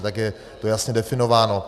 Tak je to jasně definováno.